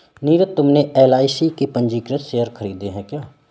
नीरज तुमने एल.आई.सी के पंजीकृत शेयर खरीदे हैं क्या?